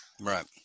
Right